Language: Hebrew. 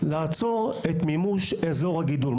לעצור את מימוש אזור הגידול.